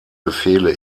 befehle